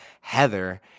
Heather